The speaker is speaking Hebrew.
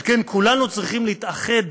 על כן, כולנו צריכים להתאחד